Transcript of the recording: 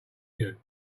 you